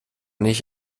nicht